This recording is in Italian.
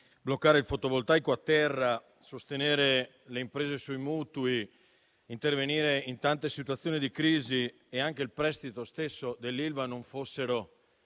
bloccare il fotovoltaico a terra, sostenere le imprese sui mutui, intervenire in tante situazioni di crisi e anche il prestito stesso dell'Ilva non fossero